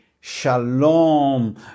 shalom